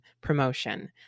promotion